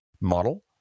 model